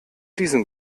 diesem